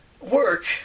work